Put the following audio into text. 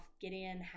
Gideon